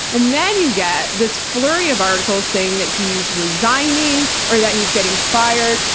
and then you get this flurry of articles saying that he's resigning, or that he's getting fired,